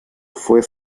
fue